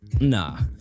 Nah